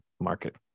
market